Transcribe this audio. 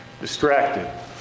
Distracted